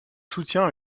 soutien